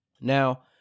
Now